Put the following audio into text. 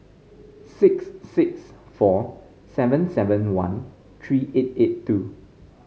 six six four seven seven one three eight eight two